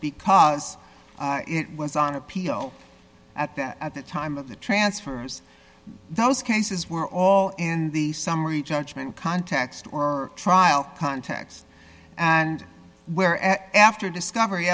because it was on appeal at that at the time of the transfers those cases were all in the summary judgment context or trial context and where and after discovery